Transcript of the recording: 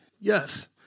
Yes